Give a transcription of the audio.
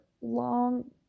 long